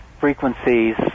frequencies